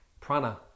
prana